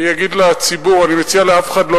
אני אגיד לציבור: אני מציע שאף אחד לא